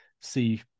see